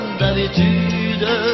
d'habitude